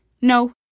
No